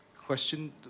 question